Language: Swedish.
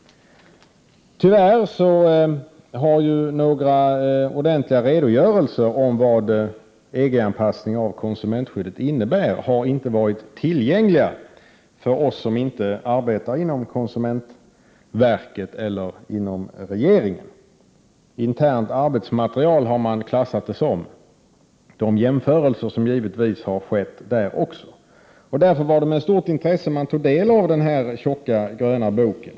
Tyvärr har några ordentliga redogörelser om vad en EG-anpassning innebär för konsumentskyddet inte varit tillgängliga för oss som inte arbetar inom konsumentverket eller inom regeringen. De jämförelser som givetvis har gjorts har man klassat som ”internt arbetsmaterial”. Därför var det med stort intresse man tog del av den här tjocka gröna boken.